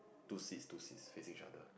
two seats two seats facing each other